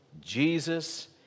Jesus